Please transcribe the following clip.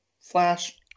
flash